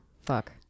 fuck